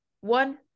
one